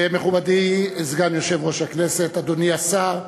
מכובדי, סגן יושב-ראש הכנסת, אדוני השר,